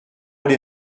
les